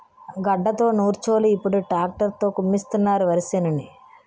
గడ్డతో నూర్చోలు ఇప్పుడు ట్రాక్టర్ తో కుమ్మిస్తున్నారు వరిసేనుని